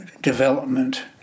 development